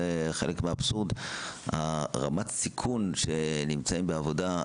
רמת הסיכון שנמצאים בעבודה,